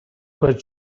what